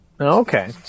Okay